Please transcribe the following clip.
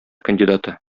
кандидаты